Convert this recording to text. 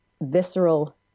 visceral